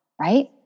right